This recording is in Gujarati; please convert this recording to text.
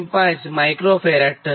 5 માઇક્રો ફેરાડ થશે